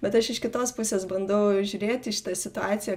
bet aš iš kitos pusės bandau žiūrėt į šitą situaciją